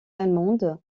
allemande